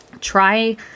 try